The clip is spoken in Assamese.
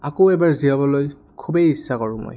আকৌ এবাৰ জীয়াবলৈ খুবেই ইচ্ছা কৰোঁ মই